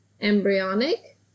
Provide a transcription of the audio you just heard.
embryonic